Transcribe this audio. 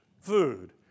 food